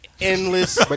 Endless